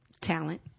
talent